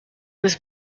was